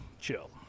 chill